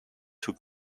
two